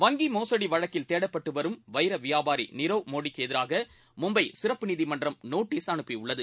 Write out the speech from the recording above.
வங்கிமோசடிவழக்கில் தேடப்பட்டுவரும் வைரவியாபாரிநீரவ் மோடிக்குஎதிராகமும்பைசிறப்பு நீதிமன்றம் நோட்டஸ் அனுப்பியுள்ளது